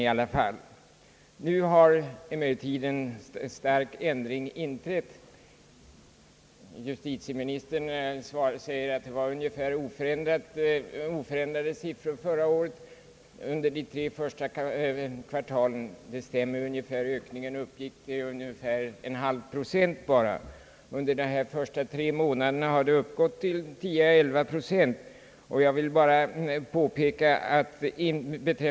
Nu har emellertid en stark ändring inträtt. Justitieministern säger att siffrorna för brottslighetens ökning under de tre första kvartalen förra året var i stort sett oförändrade. Det stämmer — ökningen uppgick bara till ungefär en halv procent. Under de första tre månaderna i år har ökningen varit 10 å 11 procent.